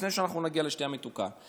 לפני שאנחנו נגיע למשקאות המתוקים.